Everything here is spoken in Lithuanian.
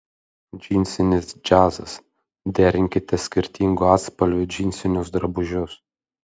džinsinis džiazas derinkite skirtingų atspalvių džinsinius drabužius